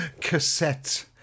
cassette